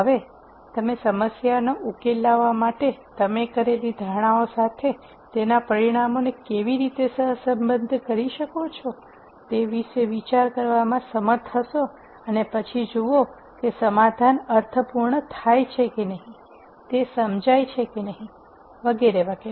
હવે તમે સમસ્યાનો ઉકેલ લાવવા માટે તમે કરેલી ધારણાઓ સાથે તેના પરિણામો નો કેવી રીતે સહસંબંધ કરી શકો છો તે વિશે વિચાર કરવામાં સમર્થ હશો અને પછી જુઓ કે સમાધાન અર્થપૂર્ણ થાય છે કે નહીં તે સમજાય છે કે નહીં વગેરે